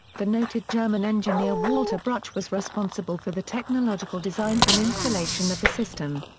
the noted german engineer walter bruch was responsible for the technological design and installation of the system.